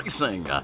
Racing